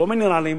ולא מינרלים,